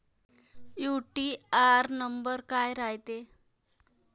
UTR number काय रायते?